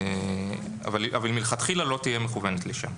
אבל היא מלכתחילה לא תהיה מכוונת לשם.